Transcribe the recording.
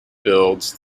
builds